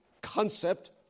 concept